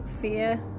fear